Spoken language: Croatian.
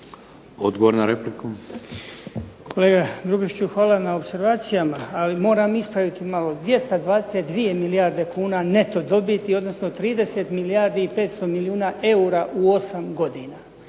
Odgovor na repliku.